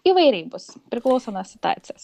įvairiai bus priklauso nuo situacijos